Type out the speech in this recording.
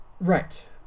Right